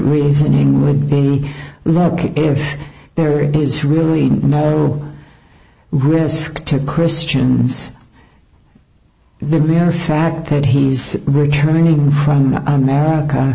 reasoning would be located if there is really no risk to christians the mere fact that he's returning from america